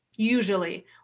Usually